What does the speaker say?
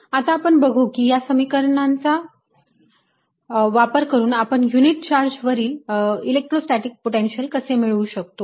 आता आपण बघुया की या समीकरणाचा वापर करून आपण युनिट चार्ज वरील इलेक्ट्रोस्टॅटीक पोटेन्शियल कसे मिळवू शकतो